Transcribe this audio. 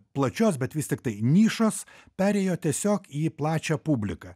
plačios bet vis tiktai nišos perėjo tiesiog į plačią publiką